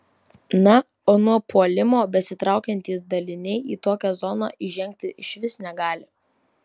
na o nuo puolimo besitraukiantys daliniai į tokią zoną įžengti išvis negali